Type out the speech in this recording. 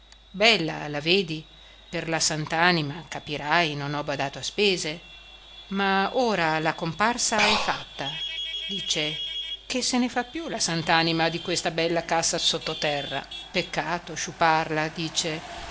bella la vedi per la sant'anima capirai non ho badato a spese ma ora la comparsa è fatta dice che se ne fa più la sant'anima di questa bella cassa sottoterra peccato sciuparla dice